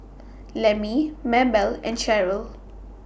Lemmie Mabell and Sheryll